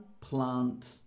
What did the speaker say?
plant